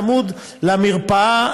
צמוד למרפאה,